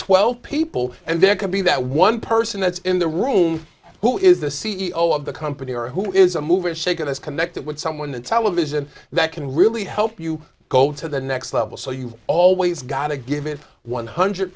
twelve people and there can be that one person that's in the room who is the c e o of the company or who is a mover and shaker that's connected with someone in television that can really help you go to the next level so you've always got to give it one hundred